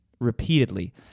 Repeatedly